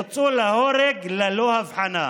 הוצאו להורג ללא הבחנה.